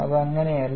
അത് അങ്ങനെയല്ല